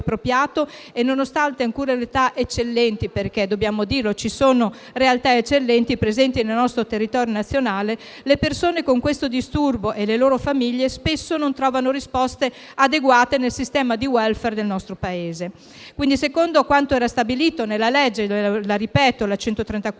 e, nonostante alcune realtà eccellenti che - dobbiamo dirlo - sono presenti nel nostro territorio nazionale, le persone con questo disturbo e le loro famiglie spesso non trovano risposte adeguate nel sistema di *welfare* del nostro Paese. Secondo quanto stabilito nella citata legge n. 134 del